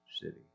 city